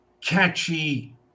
catchy